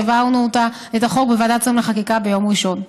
העברנו את הצעת החוק בוועדת השרים לחקיקה ביום ראשון.